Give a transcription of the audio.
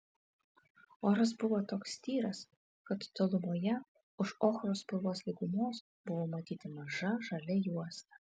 oras buvo toks tyras kad tolumoje už ochros spalvos lygumos buvo matyti maža žalia juosta